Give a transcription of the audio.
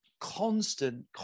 constant